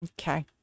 Okay